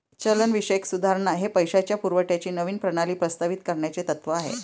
चलनविषयक सुधारणा हे पैशाच्या पुरवठ्याची नवीन प्रणाली प्रस्तावित करण्याचे तत्त्व आहे